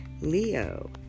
Leo